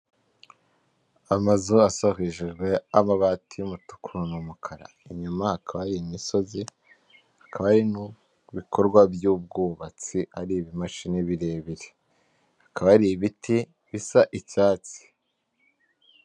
Amazu asahushijwe amabati y'umutuku n'umukara inyuma akaba imisozi akaba n'ibikorwa by'ubwubatsi ari ibimashini birebire akaba ari ibiti bisa icyatsi.